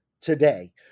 today